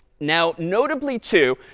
now, notably, too,